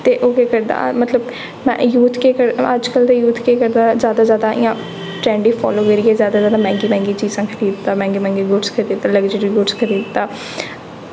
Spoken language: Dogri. ते ओह् केह् करदा मतलब यूथ केह् अज्जकल दा यूथ केह् करदा जादै तूं जादै इ'यां ट्रेंड फालो करियै जादै कोला जादै मैंह्गी मैंह्गी चीज़ां खरीददा मैंह्गे मैंह्गे बूट खरीददा लग्जरी बूट खरीददा